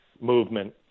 movement